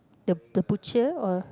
the the butcher or